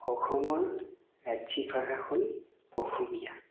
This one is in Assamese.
অসমৰ ৰাজ্যিক ভাষা হ'ল অসমীয়া